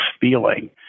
feeling